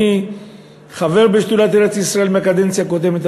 אני חבר בשדולת ארץ-ישראל מהקדנציה הקודמת.